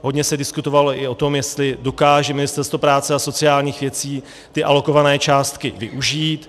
Hodně se diskutovalo i o tom, jestli dokáže Ministerstvo práce a sociálních věcí ty alokované částky využít.